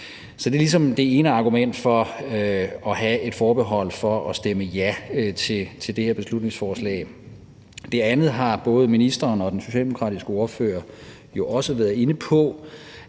Så det er det ene argument for at have et forbehold over for at stemme ja til det her beslutningsforslag. Det andet forbehold har både ministeren og den socialdemokratiske ordfører jo også været inde på,